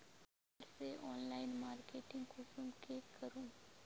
Mobile से online marketing कुंसम के करूम?